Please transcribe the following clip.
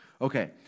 Okay